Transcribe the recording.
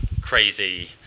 crazy